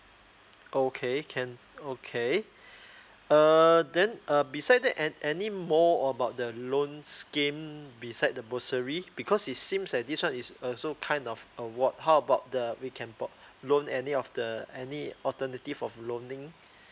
okay can okay err then uh beside that an any more about the loan scheme beside the bursary because it seems like this one is also kind of award how about the we can what loan any of the any alternative of loaning